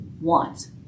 want